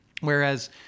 whereas